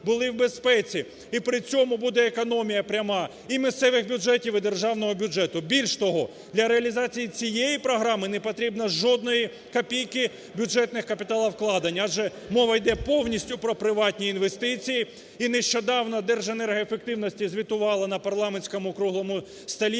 були в безпеці і при цьому буде економія пряма, і місцевих бюджетів, і державного бюджету. Більше того, для реалізації цієї програми не потрібно жодної копійки бюджетних капіталовкладень, адже мова йде повністю про приватні інвестиції. І нещодавно Держенергоефективності звітувало на парламентському круглому столі,